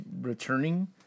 returning